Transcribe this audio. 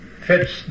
fits